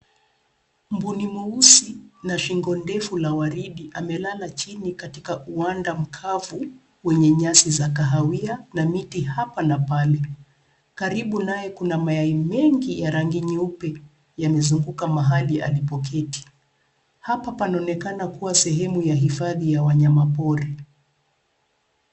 Mbuni mweusi na shingo ndefu la waridi amelala chini katika uwanda mkavu wenye nyasi za kahawia na miti hapa na pale. Karibu naye, kuna mayai mengi ya rangi nyeupe yamezunguka mahali alipoketi. Hapa panaonekana kuwa sehemu ya hifadhi ya wanyamapori.